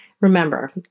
Remember